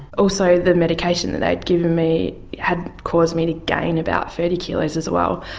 also the medication that they'd given me had caused me to gain about thirty kilos as well,